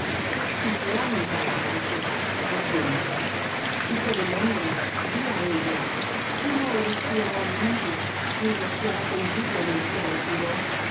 y fué á mí palabra de jehová diciendo hijo del hombre di á ella tú no eres tierra limpia ni rociada con lluvia en el día del furor